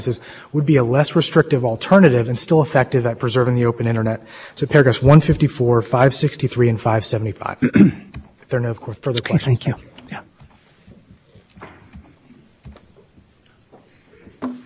filtered group of things that would drop them out of the definition of broadband internet access service them and have that option under the order absolutely ironic if there is a discussion in the order of what non broadband internet access services would be and